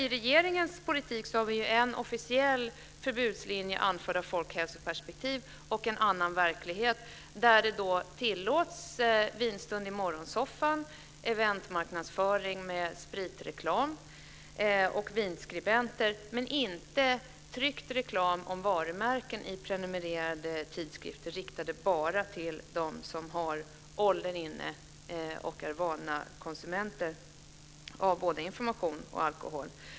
I regeringens politik har vi en officiell förbudslinje anförd i folkhälsoperspektiv och en annan verklighet där vinstund i morgonsoffan, eventmarknadsföring med spritreklam och vinskribenter tillåts men inte tryckt reklam om varumärken i prenumererade tidskrifter riktade bara till dem som har åldern inne och är vana konsumenter av både information och alkohol.